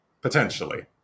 Potentially